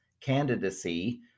candidacy